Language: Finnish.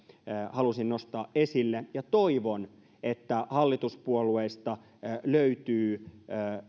halusin nostaa esille toivon että hallituspuolueista löytyy